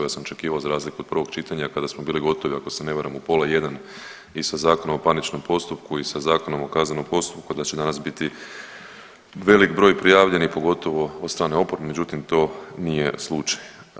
Ja sam očekivao za razliku od prvog čitanja kada smo bili gotovi ako se ne varam u pola jedan i sa Zakonom o parničnom postupku i sa Zakonom o kaznenom postupku, da će danas biti velik broj prijavljenih pogotovo od strane oporbe međutim to nije slučaj.